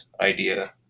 idea